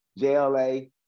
JLA